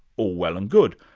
all well and good,